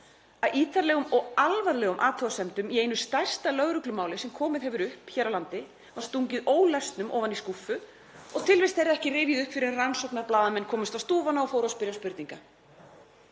að ítarlegum og alvarlegum athugasemdum í einu stærsta lögreglumáli sem komið hefur upp hér á landi var stungið ólesnu ofan í skúffu og tilvist þeirra ekki rifjuð upp fyrr en rannsóknarblaðamenn fóru á stúfana og fóru að spyrja spurninga.